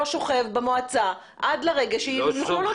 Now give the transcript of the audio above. שוכב במועצה עד לרגע שיוכלו להוציא אותו?